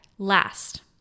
Last